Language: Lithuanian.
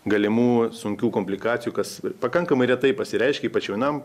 galimų sunkių komplikacijų kas pakankamai retai pasireiškia ypač jaunam